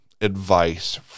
advice